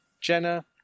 Jenna